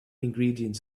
ingredients